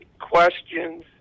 questions